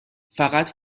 فقط